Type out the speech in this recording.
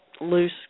loose